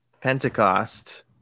pentecost